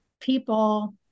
people